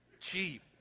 Cheap